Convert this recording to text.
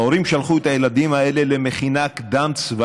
ההורים שלחו את הילדים האלה למכינה קדם-צבאית,